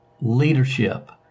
Leadership